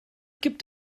gibt